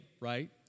right